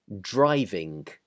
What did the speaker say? driving